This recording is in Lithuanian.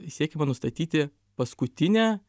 siekiama nustatyti paskutinę